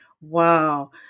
Wow